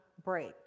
break